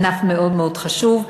ענף מאוד מאוד חשוב,